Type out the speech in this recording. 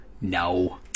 No